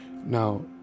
now